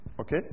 Okay